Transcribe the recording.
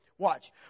watch